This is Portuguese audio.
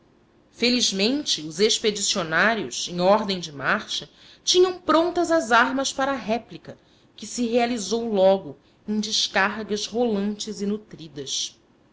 felizmente os expedicionários em ordem de marcha tinham prontas as armas para a réplica que se realizou logo em descargas rolantes e nutridas